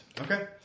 Okay